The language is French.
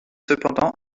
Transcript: cependant